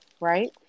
right